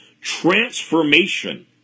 transformation